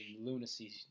lunacy